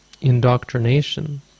indoctrination